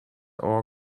our